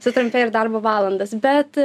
sutrumpėjo ir darbo valandos bet